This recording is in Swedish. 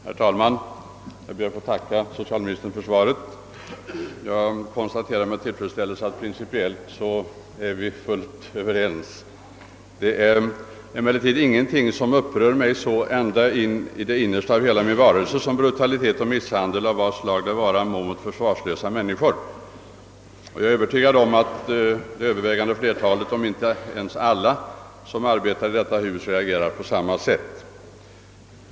Herr talman! Jag ber att få tacka socialministern för svaret. Jag konstaterar med tillfredsställelse att vi principiellt är fullt överens. Det finns ingenting som så upprör mig ända in i det innersta av hela min varelse som brutalitet och misshandel av vad slag det vara må mot försvarslösa människor. Jag är övertygad om att det övervägande flertalet om inte rent av alla av dem som arbetar i detta hus reagerar på samma sätt.